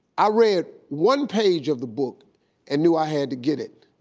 i read one page of the book and knew i had to get it.